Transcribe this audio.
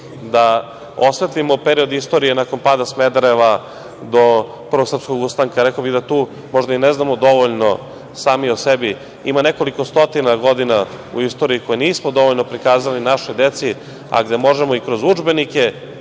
da osvetlimo period istorije nakon pada Smedereva do Prvog srpskog ustanka. Rekao bih da tu možda i ne znamo dovoljno sami o sebi. Ima nekoliko stotina godina u istoriji koje nismo dovoljno prikazali našoj deci, ali to možemo i kroz udžbenike,